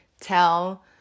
tell